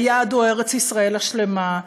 היעד הוא ארץ ישראל השלמה,